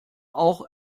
auch